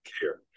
care